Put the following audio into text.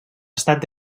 estat